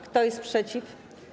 Kto jest przeciw?